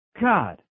God